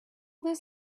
this